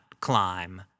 climb